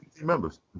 members